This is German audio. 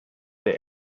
der